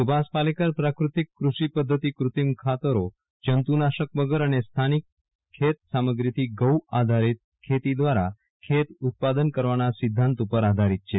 સુભાષ પાલેકર પ્રાકૃતિક કૃષિ પદ્વતિ કૃત્રિમ ખાતરો જંતુનાશક વગર અને સ્થાનિક ખેત સામગ્રીથી ગૌ આધારિત ખેતી દ્વારા ખેત ઉત્પાદન કરવાના સિદ્ધાંત ઉપર આધારિત છે